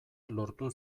lortu